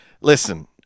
Listen